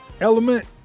element